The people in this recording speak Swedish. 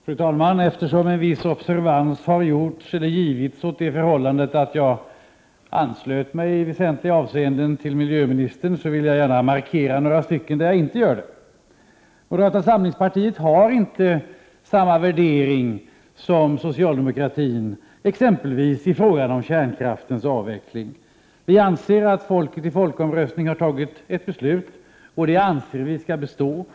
Fru talman! Eftersom en viss observans har givits åt det förhållandet att jag i väsentliga avseenden anslöt mig till miljöministern vill jag gärna markera vissa stycken där jag inte gör det. Moderata samlingspartiet har inte samma värdering som socialdemokratin exempelvis i fråga om kärnkraftens avveckling. Vi anser att folket i folkomröstning har fattat ett beslut, ett beslut som vi anser skall bestå icke Prot.